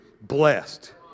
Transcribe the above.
blessed